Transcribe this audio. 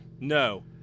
No